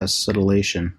acetylation